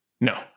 no